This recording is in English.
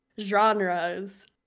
genres